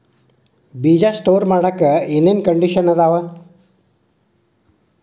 ಬೇಜ ಸ್ಟೋರ್ ಮಾಡಾಕ್ ಏನೇನ್ ಕಂಡಿಷನ್ ಅದಾವ?